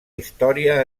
història